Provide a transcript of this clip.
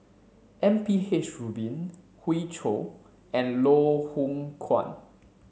M P H Rubin Hoey Choo and Loh Hoong Kwan